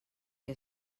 que